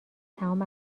تمام